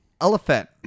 Elephant